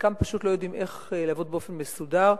חלקם פשוט לא יודעים לעבוד באופן מסודר.